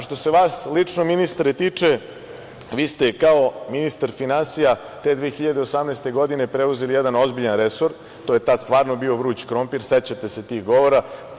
Što se vas lično ministre tiče, vi ste kao ministar finansija te 2018. godine preuzeli jedan ozbiljan resor, to je tada stvarno bio vruć krompir, sećate se tih govora.